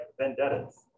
vendettas